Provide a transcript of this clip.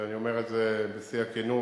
ואני אומר את זה בשיא הכנות,